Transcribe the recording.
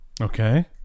Okay